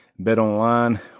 BetOnline